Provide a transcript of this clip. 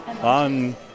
On